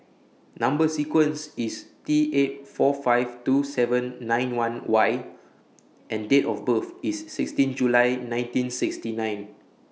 Number sequence IS T eight four five two seven nine one Y and Date of birth IS sixteen July nineteen sixty nine